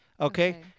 Okay